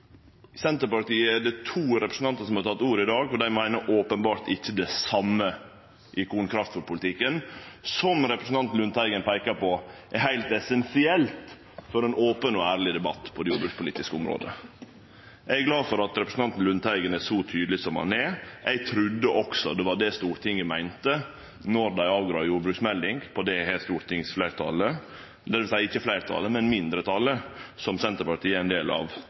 Senterpartiet er det to representantar som har teke ordet i dag, og dei meiner openbert ikkje det same i korn- og kraftfôrpolitikken, som representanten Lundteigen peiker på er heilt essensielt for ein open og ærleg debatt på det jordbrukspolitiske området. Eg er glad for at representanten Lundteigen er så tydeleg som han er. Eg trudde også det var det Stortinget meinte då dei gav innstilling til jordbruksmeldinga, og det har mindretalet som Senterpartiet er ein del av,